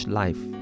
life